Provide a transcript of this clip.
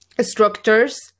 structures